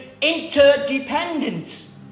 Interdependence